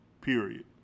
period